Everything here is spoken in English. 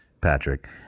Patrick